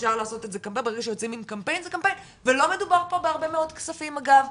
אחרי שיוצאים עם קמפיין זה קמפיין ולא מדובר פה בהרבה מאוד כספים אגב,